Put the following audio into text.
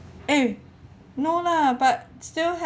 eh no lah but still